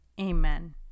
Amen